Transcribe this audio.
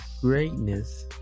greatness